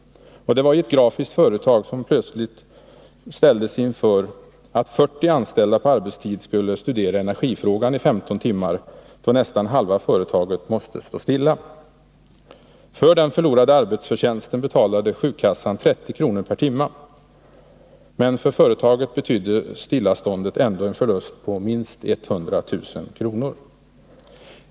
Det var ett grafiskt företag som plötsligen ställdes inför att 40 anställda på arbetstid skulle studera energifrågan i 15 timmar, då nästan halva företaget måste stå stilla. För den förlorade arbetsförtjänsten betalade sjukkassan 30 kr. per timme, men för företaget betydde stilleståndet en förlust på minst 100 000 kr.